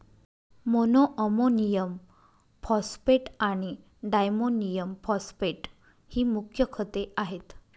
monoammonium phosphate आणि diammonium phosphate ही मुख्य खते आहेत